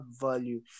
value